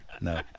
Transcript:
no